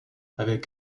avec